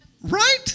Right